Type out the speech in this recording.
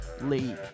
League